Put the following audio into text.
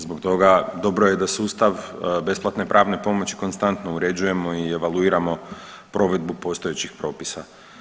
Zbog toga dobro je da sustav besplatne pravne pomoći konstantno uređujemo i evaluiramo provedbu postojećih propisa.